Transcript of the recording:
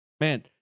Man